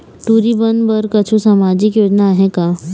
टूरी बन बर कछु सामाजिक योजना आहे का?